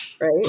right